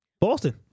Boston